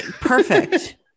Perfect